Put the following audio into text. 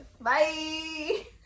Bye